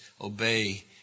obey